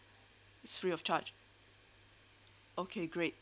it's free of charge okay great